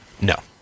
No